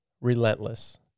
relentless